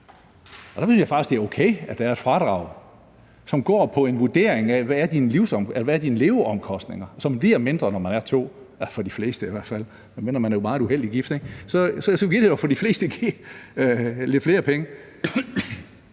og der synes jeg faktisk, det er okay, at der er et fradrag, som går på en vurdering af, hvad ens leveomkostninger er, som bliver mindre for hver enkelt, når man er to – for de fleste i hvert fald, medmindre man er meget uheldigt gift – og så vil det for de fleste give lidt flere penge.